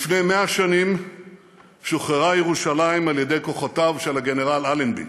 לפני 100 שנים שוחררה ירושלים על ידי כוחותיו של הגנרל אלנבי.